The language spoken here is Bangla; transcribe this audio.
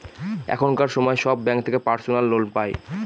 এখনকার সময় সব ব্যাঙ্ক থেকে পার্সোনাল লোন পাই